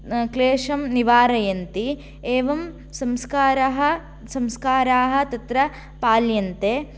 क्लेशं निवारयन्ति एवं संस्कारः संस्काराः तत्र पाल्यन्ते